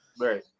Right